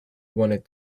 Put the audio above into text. wanted